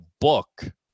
book